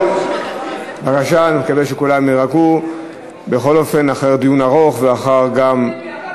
הניסיון שלך אומר לי,